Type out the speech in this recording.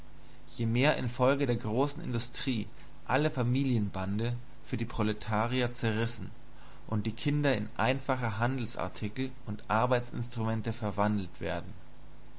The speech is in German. je mehr infolge der großen industrie alle familienbande für die proletarier zerrissen und die kinder in einfache handelsartikel und arbeitsinstrumente verwandelt werden